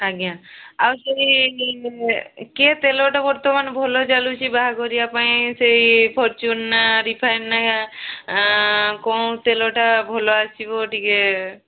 ଆଜ୍ଞା ଆଉ ସେଇ କିଏ ତେଲଟା ମାନେ ବର୍ତ୍ତମାନ ଭଲ ଚାଲୁଛି ବାହାଘରିଆ ପାଇଁ ସେଇ ଫରଚୂନ୍ ନା ରିଫାଇନ୍ ନା କୋଉଁ ତେଲଟା ଭଲ ଆସିବ ଟିକେ